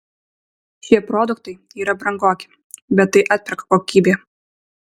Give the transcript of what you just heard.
šie produktai yra brangoki bet tai atperka kokybė